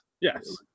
Yes